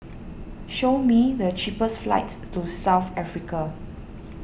show me the cheapest flights to South Africa